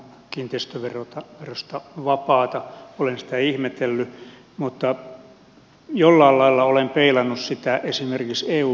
olen sitä ihmetellyt mutta jollain lailla olen peilannut sitä esimerkiksi eu budjettia vastaan